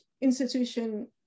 institution